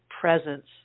presence